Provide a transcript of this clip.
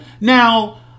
Now